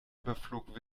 überflog